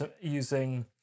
using